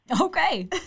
Okay